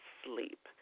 sleep